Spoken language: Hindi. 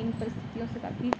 इन परिस्थितियों से काफ़ी